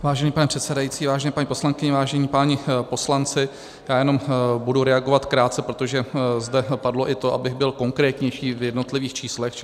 Vážený pane předsedající, vážené paní poslankyně, vážení páni poslanci, já jenom budu reagovat krátce, protože zde padlo i to, abych byl konkrétnější v jednotlivých číslech.